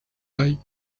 like